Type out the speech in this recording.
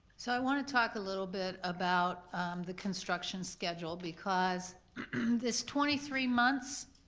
so i wanna talk a little bit about the construction schedule because this twenty three months